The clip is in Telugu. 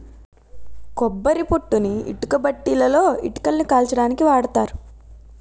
కొబ్బరి పొట్టుని ఇటుకబట్టీలలో ఇటుకలని కాల్చడానికి వాడతారు